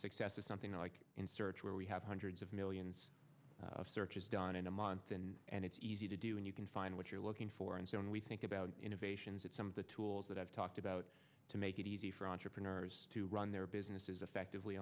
success of something like in search where we have hundreds of millions of searches done in a month and and it's easy to do and you can find what you're looking for and so on we think about innovations that some of the tools that i've talked about to make it easy for entrepreneurs to run their businesses effectively